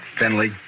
Finley